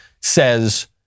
says